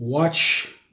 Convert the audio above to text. Watch